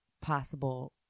possible